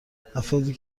افرادی